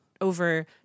over